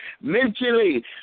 mentally